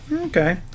Okay